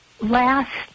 last